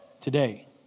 today